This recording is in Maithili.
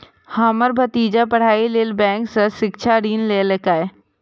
हमर भतीजा पढ़ाइ लेल बैंक सं शिक्षा ऋण लेलकैए